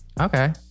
Okay